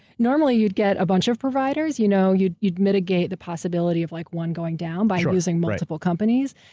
normally, you'd get a bunch of providers. you know you'd you'd mitigate the possibility of like one going down, by using multiple companies.